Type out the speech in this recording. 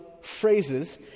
phrases